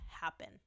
happen